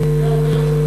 שומע,